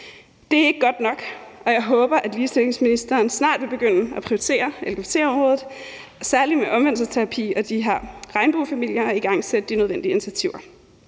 Det er ikke godt nok, og jeg håber, at ligestillingsministeren snart vil begynde at prioritere lgbt-området, særlig i forhold til omvendelsesterapi og de her regnbuefamilier, og igangsætte de nødvendige initiativer.